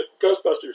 Ghostbusters